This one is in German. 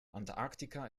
antarktika